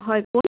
হয় কোন